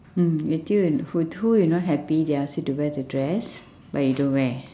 hmm you who t~ who you not happy they ask you to wear the dress but you don't wear